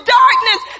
darkness